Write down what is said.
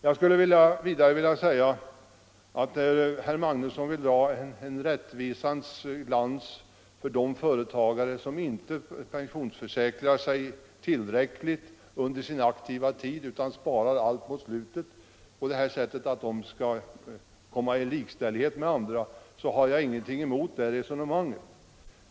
Jag skulle vidare vilja säga att när herr Magnusson i Borås vill dra en rättvisans lag för de företagare som inte pensionsförsäkrar sig tillräckligt under sin aktiva tid utan sparar allt mot slutet och menar att de skall bli likställda med andra så har jag ingenting emot det resonemanget.